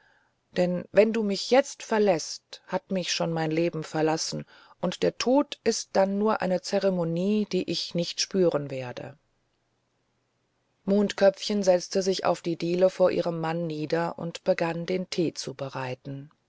denn wenn du mich jetzt verläßt hat mich schon mein leben verlassen und der tod ist dann nur eine zeremonie die ich nicht spüren werde mondköpfchen setzte sich auf die diele vor ihren mann nieder und begann den tee